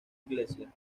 iglesia